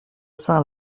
saint